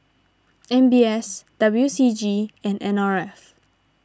M B S W C G and N R F